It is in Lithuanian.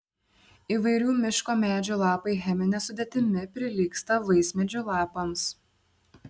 įvairių miško medžių lapai chemine sudėtimi prilygsta vaismedžių lapams